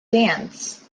dance